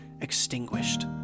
extinguished